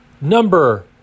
number